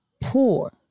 poor